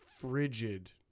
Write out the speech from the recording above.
frigid